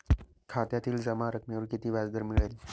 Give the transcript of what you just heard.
खात्यातील जमा रकमेवर किती व्याजदर मिळेल?